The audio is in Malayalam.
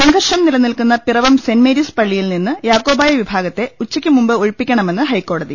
സംഘർഷം നിലനിൽക്കുന്ന പിറവം സെന്റ് മേരീസ് പള്ളിയിൽ നിന്ന് യാക്കോബായ വിഭാഗത്തെ ഉച്ചയ്ക്ക് മുമ്പ് ഒഴിപ്പിക്കണമെന്ന് ഹൈക്കോടതി